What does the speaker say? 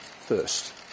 first